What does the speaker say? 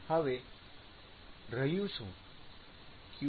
હવે રહ્યું શું